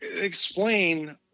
explain